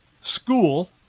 school